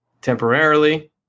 temporarily